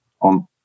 on